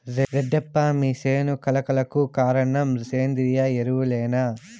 రెడ్డప్ప మీ సేను కళ కళకు కారణం సేంద్రీయ ఎరువులేనా